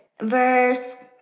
Verse